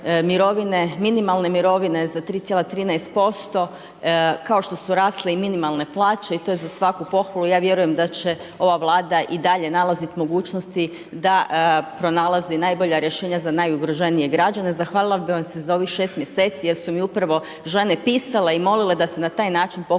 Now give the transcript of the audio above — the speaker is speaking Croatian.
minimalne mirovine za 3,13%, kao što su rasle i minimalne plaće i to je za svaku pohvalu. I ja vjerujem da će ova Vlada i dalje nalaziti mogućnosti da pronalazi najbolja rješenja za najugroženije građane. Zahvalila bih vam se za ovih 6 mjeseci jer su mi upravo žene pisale i molile da se na taj način pokuša